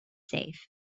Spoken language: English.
safe